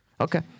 Okay